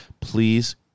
please